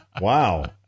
Wow